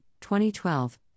2012